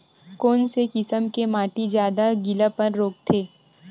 कोन से किसम के माटी ज्यादा गीलापन रोकथे?